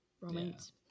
romance